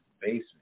basement